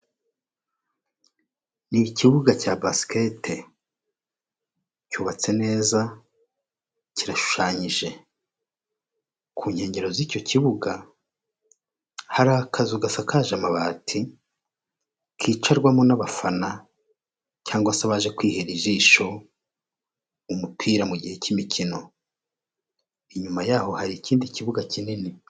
Ni ikibuga cya basikete cyubatse neza kirashushanyije ku nkengero z'icyo kibuga, hari akazu gasakaje amabati, kicarwamo n'abafana cyangwa se abaje kwihera ijisho umupira mu gihe cy'imikino, inyuma yaho hari ikindi kibuga kinini.